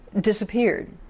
disappeared